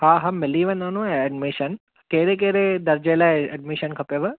हा हा मिली वेंदव न एडमिशन कहिड़े कहिड़े दर्जे लाइ एडमिशन खपेव